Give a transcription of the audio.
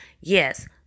yes